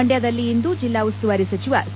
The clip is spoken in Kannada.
ಮಂಡ್ಕದಲ್ಲಿಂದು ಜಿಲ್ಲಾ ಉಸ್ತುವಾರಿ ಸಚಿವ ಸಿ